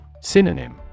Synonym